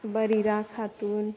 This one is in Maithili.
बरिरा खातून